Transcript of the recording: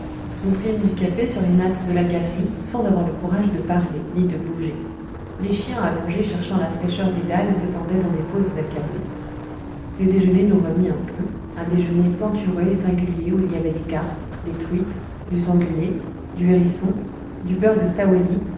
nous prîmes du café sur les nattes de la galerie sans avoir le courage de parler ni de bouger les chiens allongés cherchant la fraîcheur des dalles s'étendaient dans des poses accablées le déjeuner nous remit un peu un déjeuner plantureux et singulier où il y avait des carpes des truites du sanglier du hérisson le beurre de